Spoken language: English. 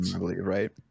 right